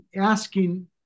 asking